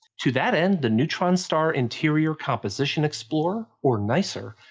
to that end, the neutron star interior composition explorer, or nicer,